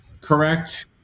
correct